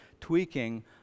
tweaking